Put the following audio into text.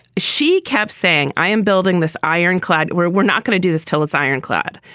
she kept saying, i am building this ironclad where we're not going to do this. tell us, iron-clad,